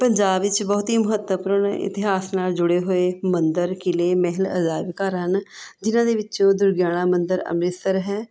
ਪੰਜਾਬ ਵਿੱਚ ਬਹੁਤ ਹੀ ਮਹੱਤਵਪੂਰਨ ਇਤਿਹਾਸ ਨਾਲ਼ ਜੁੜੇ ਹੋਏ ਮੰਦਰ ਕਿਲ੍ਹੇ ਮਹਿਲ ਅਜਾਇਬ ਘਰ ਹਨ ਜਿਹਨਾਂ ਦੇ ਵਿੱਚੋਂ ਦੁਰਗਿਆਨਾ ਮੰਦਰ ਅੰਮ੍ਰਿਤਸਰ ਹੈ